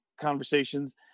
conversations